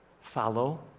Follow